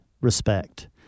respect